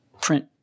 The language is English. print